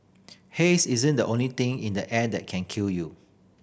haze isn't the only thing in the air that can kill you